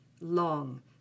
Long